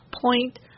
point